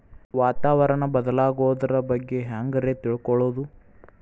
ವಾತಾವರಣ ಬದಲಾಗೊದ್ರ ಬಗ್ಗೆ ಹ್ಯಾಂಗ್ ರೇ ತಿಳ್ಕೊಳೋದು?